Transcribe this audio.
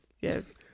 Yes